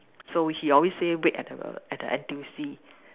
so he always say wait at the at the N_T_U_C